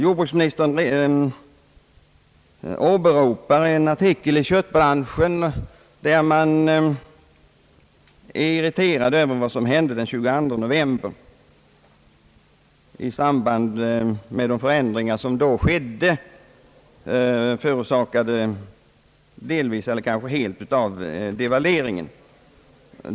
Jordbruksministern åberopar en artikel i »Köttbranschen», där man är irriterad över vad som hände den 22 november i fjol i samband med de förändringar som då skedde, förorsakade delvis eller kanske helt av devalveringen.